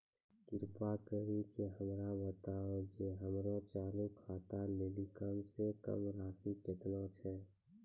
कृपा करि के हमरा बताबो जे हमरो चालू खाता लेली कम से कम राशि केतना छै?